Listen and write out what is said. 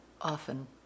often